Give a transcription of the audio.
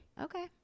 Okay